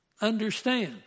understand